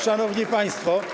Szanowni Państwo!